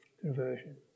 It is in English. conversion